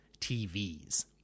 TVs